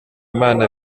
imana